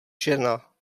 žena